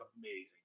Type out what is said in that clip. amazing